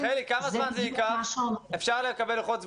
רם שפע (יו"ר ועדת החינוך,